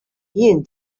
jien